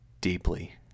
deeply